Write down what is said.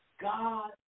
God